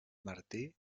martí